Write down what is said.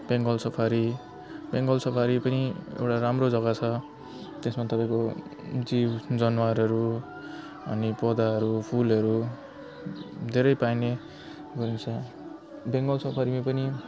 Bengal safari Bengal safari पनि एउटा राम्रो जगा छ त्यसमा तपाईँको जीव जनावरहरू अनि पौधाहरू फुलहरू धेरै पाइने गरिन्छ बेङ्गल सफारीमै पनि